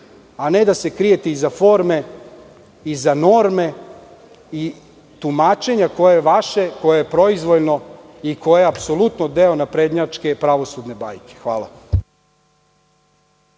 a ne da se krijete iza forme, iza norme i tumačenja koje je vaše, koje je proizvoljno i koje je apsolutno deo naprednjačke pravosudne bajke. Hvala.